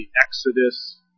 Exodus